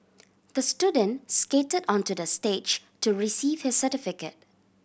the student skated onto the stage to receive his certificate